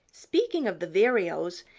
speaking of the vireos,